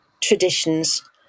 traditions